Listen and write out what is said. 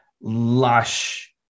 lush